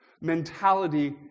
mentality